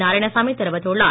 நாராயணசாமி தெரிவித்துள்ளார்